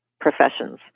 professions